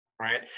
Right